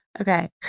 Okay